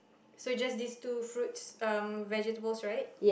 so just this two fruits um vegetables right